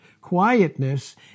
Quietness